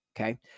Okay